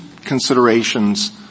considerations –